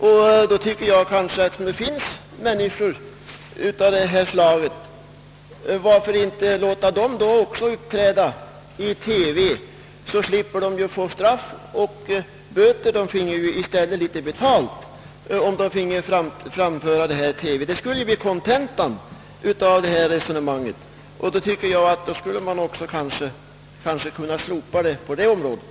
Varför låter man under sådana förhållanden inte de personer, som har sådana tendenser, uppträda i TV? Då skulle de ju slippa drabbas av böteseller fängelsestraåff — de kunde i stället få litet betalt. Detta skulle faktiskt, herr talman, bli kontentan av herr Palmes resonemang. Jag tycker emellertid att man borde kunna slopa program av detta slag i TV.